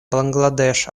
бангладеш